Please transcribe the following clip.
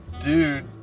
dude